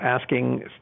asking